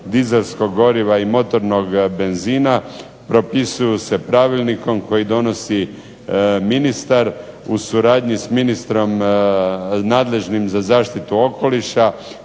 dizelskog goriva i motornog benzina propisuju se pravilnikom koji donosi ministar u suradnji sa ministrom nadležnim za zaštitu okoliša,